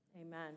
amen